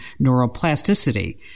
neuroplasticity